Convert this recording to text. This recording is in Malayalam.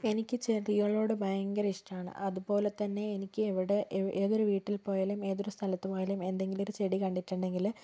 എനിക്ക് ചെടികളോട് ഭയങ്കര ഇഷ്ടമാണ് അതുപോലെതന്നെ എനിക്ക് എവിടെ എ ഏതൊരു വീട്ടിൽ പോയാലും ഏതൊരു സ്ഥലത്ത് പോയാലും എന്തെങ്കിലുമൊരു ചെടി കണ്ടിട്ടുണ്ടെങ്കിൽ